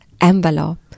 envelope